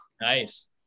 nice